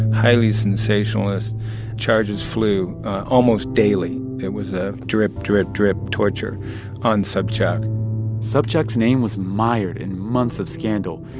highly sensationalist charges flew almost daily. it was a drip-drip-drip torture on sobchak sobchak's name was mired in months of scandal.